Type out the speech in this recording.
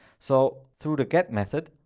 so through the get method,